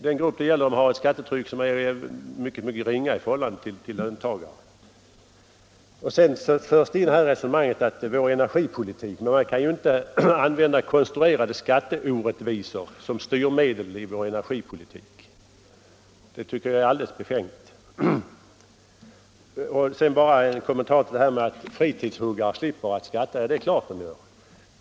Den grupp det här gäller har ett skattetryck som är mycket ringa i förhållande till vanliga löntagares. Sedan har också vår energipolitik förts in i resonemanget, men man kan ju inte använda konstruerade skatteorättvisor som styrmedel i vår energipolitik. Det tycker jag vore alldeles befängt. Slutligen bara en kommentar till argumentet att fritidshuggare slipper att skatta. Det är klart att de gör det.